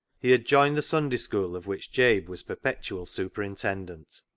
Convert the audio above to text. he had joined the sunday school, of which jabe was perpetual superintendent.